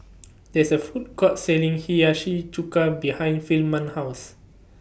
There IS A Food Court Selling Hiyashi Chuka behind Firman's House